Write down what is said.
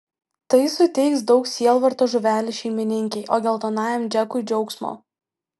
tai suteiks daug sielvarto žuvelių šeimininkei o geltonajam džekui džiaugsmo